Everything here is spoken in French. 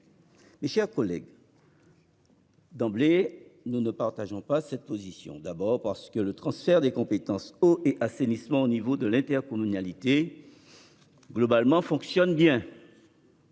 Mes chers collègues, nous ne partageons pas cette position, d'abord parce que le transfert des compétences eau et assainissement à l'échelon de l'intercommunalité fonctionne bien.